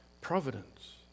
providence